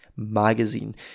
magazine